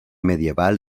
medieval